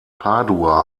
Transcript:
padua